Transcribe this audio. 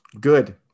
Good